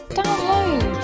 download